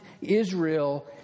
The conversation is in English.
Israel